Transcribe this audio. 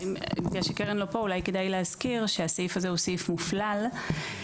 בגלל שקרן לא פה אולי כדאי להזכיר שהסעיף הזה הוא סעיף מופלל בהמשך.